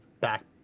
back